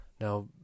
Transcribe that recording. Now